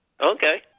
Okay